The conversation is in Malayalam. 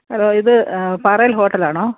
ഹലോ ഇത് പാറയിൽ ഹോട്ടൽ ആണോ